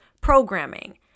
programming